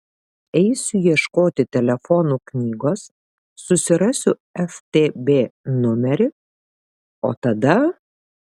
eisiu ieškoti telefonų knygos susirasiu ftb numerį o tada